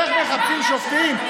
איך מחפשים שופטים,